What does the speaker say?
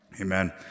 Amen